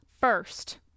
first